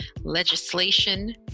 legislation